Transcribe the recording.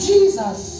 Jesus